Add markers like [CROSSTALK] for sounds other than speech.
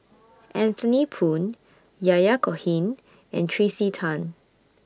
[NOISE] Anthony Poon Yahya Cohen and Tracey Tan